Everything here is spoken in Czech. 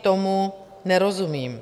Tomu nerozumím.